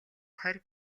хорь